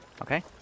Okay